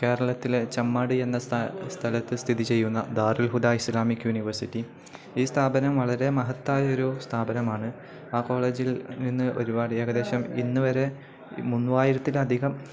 കേരളത്തിലെ ചമ്മാട് എന്ന സ്ഥലം സ്ഥലത്ത് സ്ഥിതി ചെയ്യുന്ന ധാരൽഹുദ ഇസ്ലാമിക് യൂണിവഴ്സിറ്റി ഈ സ്ഥാപനം വളരെ മഹത്തായ ഒരു സ്ഥാപനമാണ് ആ കോളേജിൽ നിന്ന് ഒരുപാട് ഏകദേശം ഇന്ന് വരെ മൂവായിരത്തിൽ അധികം